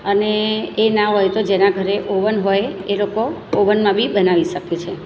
અને એ ના હોય તો જેના ઘરે ઓવન હોય એ લોકો ઓવનમાં બી બનાવી શકે છે